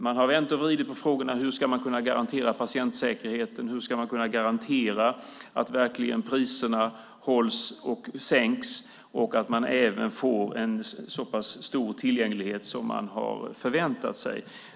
Man har vänt och vridit på frågorna om hur man ska kunna garantera patientsäkerheten, hur man ska kunna garantera att priserna verkligen hålls och sänks och att man även får en så pass stor tillgänglighet som man har förväntat sig.